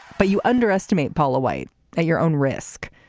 but you underestimate paula white at your own risk.